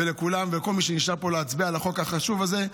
ולכולם ולכל מי שנשאר פה להצביע על החוק החשוב הזה.